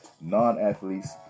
non-athletes